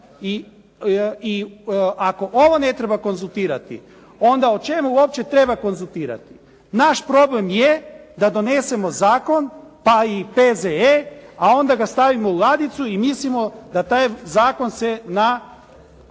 i ako ovo ne treba konzultirati, onda o čemu uopće treba konzultirati? Naš problem je da donesemo zakon, pa i P.Z.E., a onda ga stavimo u ladicu i mislimo da se taj zakon ne odnosi